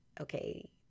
okay